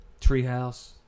Treehouse